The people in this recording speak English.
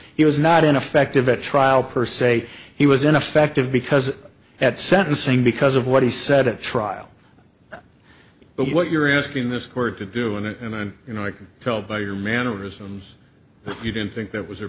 he was not in effect of a trial per se he was ineffective because at sentencing because of what he said at trial but what you're asking this court to do and i'm you know i can tell by your mannerisms that you didn't think that was a